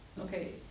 Okay